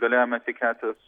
galėjome tikėtis